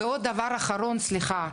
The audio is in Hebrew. ועוד דבר אחרון, סליחה.